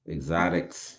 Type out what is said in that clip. Exotics